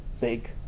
big